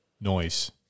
noise